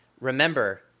remember